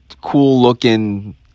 cool-looking